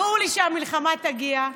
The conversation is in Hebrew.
ברור לי שהמלחמה תגיע.